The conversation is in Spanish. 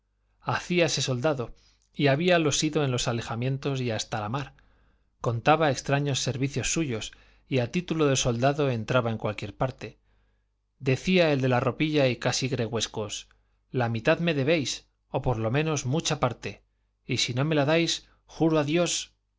calza hacíase soldado y habíalo sido en los alojamientos y hasta la mar contaba extraños servicios suyos y a título de soldado entraba en cualquiera parte decía el de la ropilla y casi gregüescos la mitad me debéis o por lo menos mucha parte y si no me la dais juro a dios